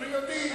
אנחנו יודעים.